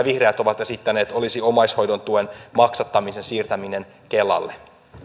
vihreät ovat esittäneet olisi omaishoidon tuen maksattamisen siirtäminen kelalle